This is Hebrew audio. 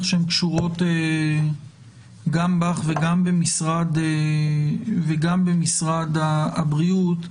שהן קשורות גם בך וגם במשרד הבריאות.